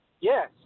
Yes